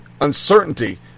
uncertainty